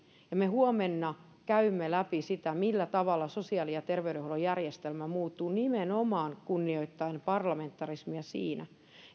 ja me huomenna käymme läpi sitä millä tavalla sosiaali ja terveydenhuollon järjestelmä muuttuu nimenomaan kunnioittaen parlamentarismia siinä